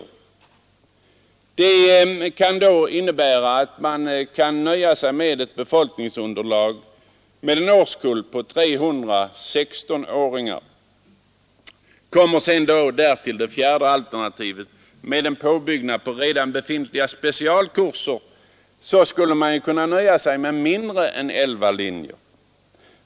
I detta alternativ skulle man kunna nöja sig med ett underlag bestående av en årskull på 300 16-åringar. Och därtill kan komma det fjärde alternativet med ett utbyte av redan befintliga specialkurser mot linjer, vilket skulle innebära att man får ha mindre än elva linjer.